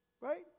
Right